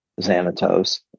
Xanatos